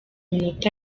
minota